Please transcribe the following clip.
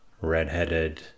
red-headed